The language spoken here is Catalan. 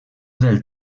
del